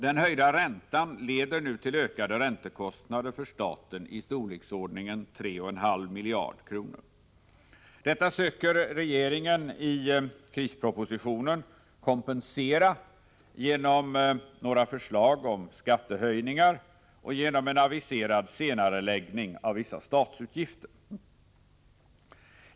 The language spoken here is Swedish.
Den höjda räntan leder nu till ökade räntekostnader för staten i storleksordningen 3,5 miljarder kronor. Detta söker regeringen i krispropositionen kompensera genom några förslag om skattehöjningar och genom en aviserad senareläggning av vissa statsutgifter.